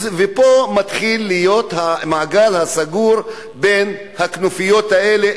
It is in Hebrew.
ופה מתחיל להיות המעגל הסגור בין הכנופיות האלה,